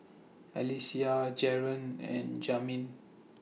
Alysia Jaron and Jamin